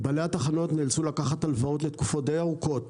בעלי התחנות נאלצו לקחת הלוואות לתקופות די ארוכות